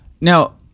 Now